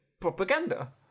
propaganda